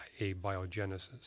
abiogenesis